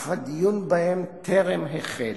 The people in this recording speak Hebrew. אך הדיון בהן טרם החל.